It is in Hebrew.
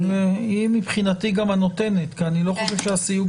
היא מבחינתי גם הנותנת כי אני לא חושב שהסיוג